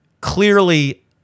clearly